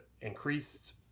increased